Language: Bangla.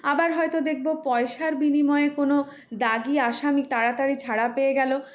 আবার হয়তো দেখব পয়সার বিনিময়ে কোনো দাগি আসামি তাড়াতাড়ি ছাড়া পেয়ে গেল